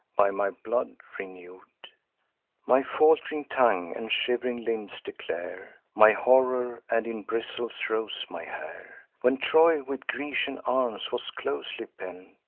by my blood renew'd my falt'ring tongue and shiv'ring limbs declare my horror, and in bristles rose my hair. when troy with grecian arms was closely pent,